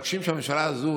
מבקשים שהממשלה הזאת,